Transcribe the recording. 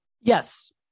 yes